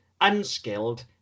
unskilled